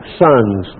sons